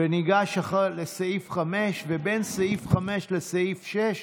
וניגש לסעיף 5, ובין סעיף 5 לסעיף 6,